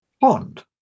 Pond